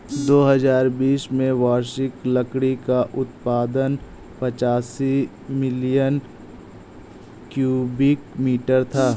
दो हजार बीस में वार्षिक लकड़ी का उत्पादन पचासी मिलियन क्यूबिक मीटर था